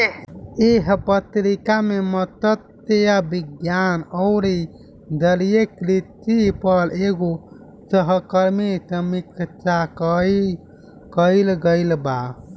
एह पत्रिका में मतस्य विज्ञान अउरी जलीय कृषि पर एगो सहकर्मी समीक्षा कईल गईल बा